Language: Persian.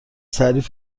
تعریف